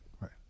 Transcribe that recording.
Right